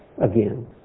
again